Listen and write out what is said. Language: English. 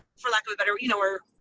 for lack of a better you know where